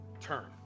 turn